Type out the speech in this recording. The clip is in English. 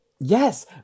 Yes